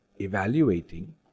evaluating